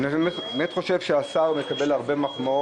אני רק אומר שבדקתי במזכירות,